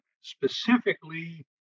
specifically